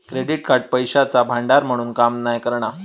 credit card पैशाचा भांडार म्हणून काम नाय करणा